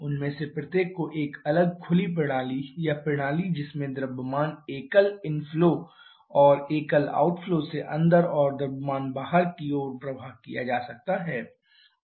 उनमें से प्रत्येक को एक अलग खुली प्रणाली या प्रणाली जिसमें द्रव्यमान एकल इनफ्लो और एकल आउटफ्लो से अंदर और द्रव्यमान बाहर की ओर प्रवाह किया जा सकता है